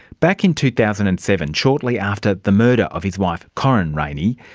back in two thousand and seven, shortly after the murder of his wife corryn rayney,